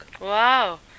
Wow